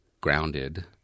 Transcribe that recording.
grounded